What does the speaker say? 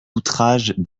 outrages